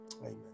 Amen